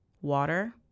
water